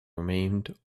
remained